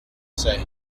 say